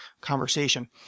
conversation